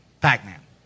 Pac-Man